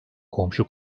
komşu